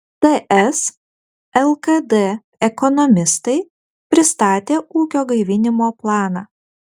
ts lkd ekonomistai pristatė ūkio gaivinimo planą